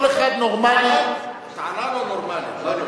כל אחד נורמלי, טענה לא נורמלית.